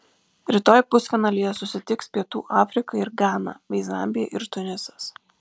rytoj pusfinalyje susitiks pietų afrika ir gana bei zambija ir tunisas